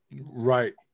Right